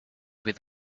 with